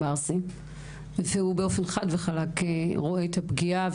והוא באופן חד-וחלק רואה את הפגיעה,